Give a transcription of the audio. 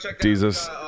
Jesus